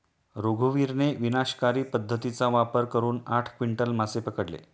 रघुवीरने विनाशकारी पद्धतीचा वापर करून आठ क्विंटल मासे पकडले